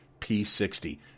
P60